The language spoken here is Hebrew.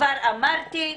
כבר אמרתי,